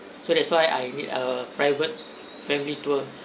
so that's why I need a private family tour